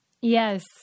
Yes